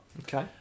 Okay